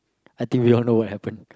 I think we all know what happen